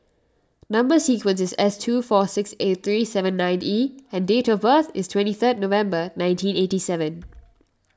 Number Sequence is S two four six eight three seven nine E and date of birth is twenty third November nineteen eighty seven